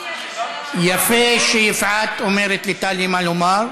יפה שיפעת אומרת לטלי מה לומר.